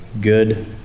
good